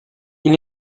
ils